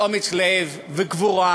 גבורה